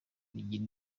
bigira